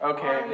Okay